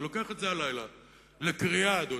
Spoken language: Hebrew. אני לוקח את זה הלילה לקריאה, אדוני,